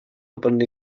opened